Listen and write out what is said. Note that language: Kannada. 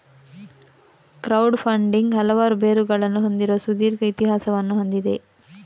ಕ್ರೌಡ್ ಫಂಡಿಂಗ್ ಹಲವಾರು ಬೇರುಗಳನ್ನು ಹೊಂದಿರುವ ಸುದೀರ್ಘ ಇತಿಹಾಸವನ್ನು ಹೊಂದಿದೆ